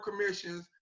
commissions